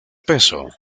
peso